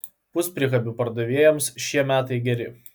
puspriekabių pardavėjams šie metai geri